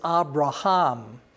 Abraham